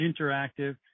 Interactive